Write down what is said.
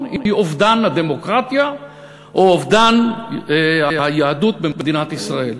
היא אובדן הדמוקרטיה או אובדן היהדות במדינת ישראל.